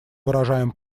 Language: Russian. выражаем